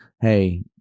hey